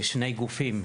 שני גופים,